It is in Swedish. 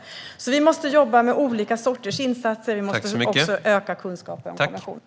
Vi måste alltså jobba med olika sorters insatser, och vi måste också öka kunskapen och informationen.